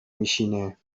میشینه